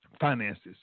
Finances